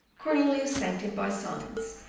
cornelius thanked him by signs,